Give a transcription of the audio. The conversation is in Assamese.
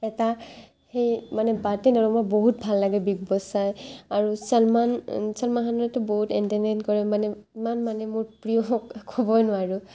এটা সেই মানে বাটে নেৰোঁ মোৰ বহুত ভাল লাগে বিগ বছ চাই আৰু ছালমান ছালমান খানৰ এইটো বহুত এণ্টাৰটেইন কৰে মানে ইমান মানে মোৰ প্ৰিয় ক'বই নোৱাৰোঁ